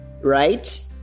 right